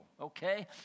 okay